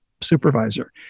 supervisor